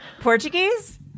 Portuguese